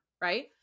Right